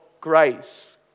grace